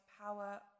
power